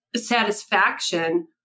satisfaction